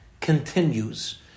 continues